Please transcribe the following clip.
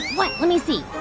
let let me see.